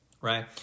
Right